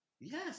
Yes